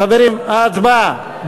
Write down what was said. חברים, ההצבעה.